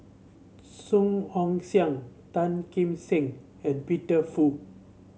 Song Ong Siang Tan Kim Seng and Peter Fu